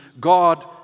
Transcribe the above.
God